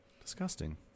Disgusting